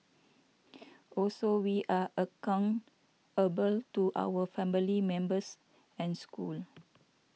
also we are account able to our family members and school